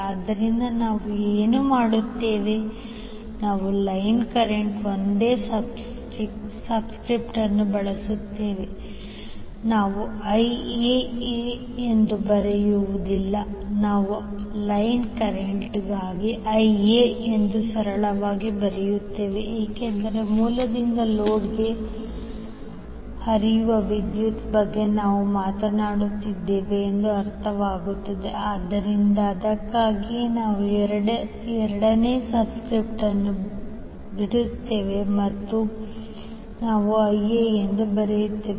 ಆದ್ದರಿಂದ ನಾವು ಏನು ಮಾಡುತ್ತೇವೆ ನಾವು ಲೈನ್ ಕರೆಂಟ್ಗೆ ಒಂದೇ ಸಬ್ಸ್ಕ್ರಿಪ್ಟ್ ಅನ್ನು ಬಳಸುತ್ತೇವೆ ನಾವು Iaaಎಂದು ಬರೆಯುವುದಿಲ್ಲ ನಾವು ಲೈನ್ ಕರೆಂಟ್ಗಾಗಿ Ia ಎಂದು ಸರಳವಾಗಿ ಬರೆಯುತ್ತೇವೆ ಏಕೆಂದರೆ ಮೂಲದಿಂದ ಲೋಡ್ಗೆ ಹರಿಯುವ ವಿದ್ಯುತ್ ಬಗ್ಗೆ ನಾವು ಮಾತನಾಡುತ್ತಿದ್ದೇವೆ ಎಂದು ಅರ್ಥವಾಗುತ್ತದೆ ಆದ್ದರಿಂದ ಅದಕ್ಕಾಗಿಯೇ ನಾವು ಎರಡನೇ ಸಬ್ಸ್ಕ್ರಿಪ್ಟ್ ಅನ್ನು ಬಿಡುತ್ತೇವೆ ಮತ್ತು ನಾವುIa ಎಂದು ಬರೆಯುತ್ತೇವೆ